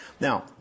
Now